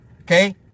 Okay